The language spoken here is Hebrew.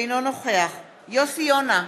אינו נוכח יוסי יונה,